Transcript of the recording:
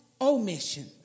omission